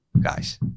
guys